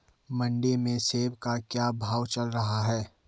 मंडी में सेब का क्या भाव चल रहा है?